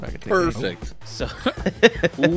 Perfect